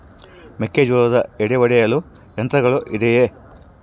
ಮೆಕ್ಕೆಜೋಳದ ಎಡೆ ಒಡೆಯಲು ಯಂತ್ರಗಳು ಇದೆಯೆ?